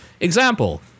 Example